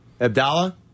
Abdallah